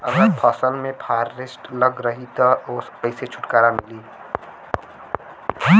अगर फसल में फारेस्ट लगल रही त ओस कइसे छूटकारा मिली?